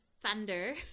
Thunder